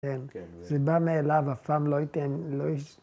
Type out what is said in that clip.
‫כן, זה בא מאליו, ‫אף פעם לא הייתם...